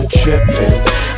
tripping